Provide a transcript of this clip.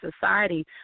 society